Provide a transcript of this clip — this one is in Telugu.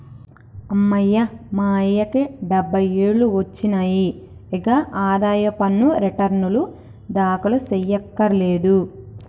అమ్మయ్య మా అయ్యకి డబ్బై ఏండ్లు ఒచ్చినాయి, ఇగ ఆదాయ పన్ను రెటర్నులు దాఖలు సెయ్యకర్లేదు